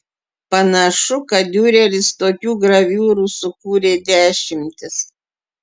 panašu kad diureris tokių graviūrų sukūrė dešimtis